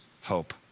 hope